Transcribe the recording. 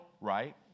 right